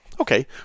Okay